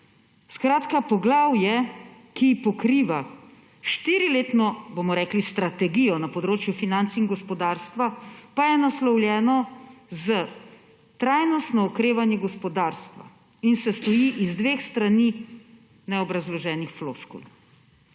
osebno. Poglavje, ki pokriva štiriletno strategijo na področju financ in gospodarstva, pa je naslovljeno s Trajnostno okrevanje gospodarstva in sestoji iz dveh strani neobrazloženih floskul.